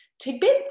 tidbits